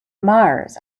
mars